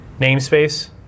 namespace